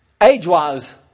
age-wise